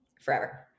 forever